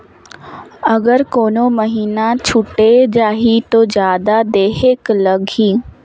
अगर कोनो महीना छुटे जाही तो जादा देहेक लगही?